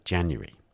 January